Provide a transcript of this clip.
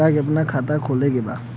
हमरा के अपना खाता खोले के बा?